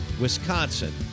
Wisconsin